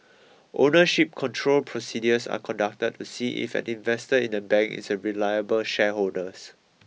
ownership control procedures are conducted to see if an investor in a bank is a reliable shareholders